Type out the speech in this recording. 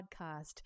podcast